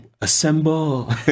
assemble